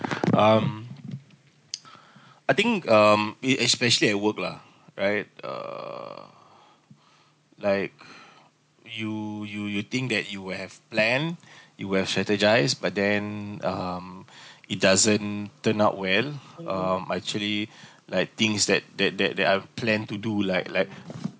um I think um eh especially at work lah right err like you you you think that you would have planned you would have strategised but then um it doesn't turn out well um but actually like things that that that that I've planned to do like like